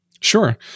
Sure